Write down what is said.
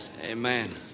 Amen